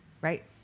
right